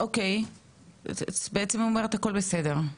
את אומרת שהכול בסדר.